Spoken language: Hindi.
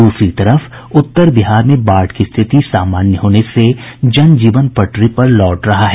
द्रसरी तरफ उत्तर बिहार में बाढ़ की स्थिति सामान्य होने से जन जीवन पटरी पर लौट रहा है